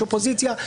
יש אופוזיציה,